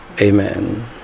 Amen